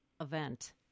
event